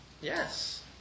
Yes